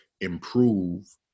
improve